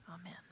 Amen